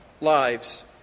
lives